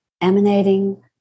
emanating